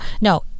no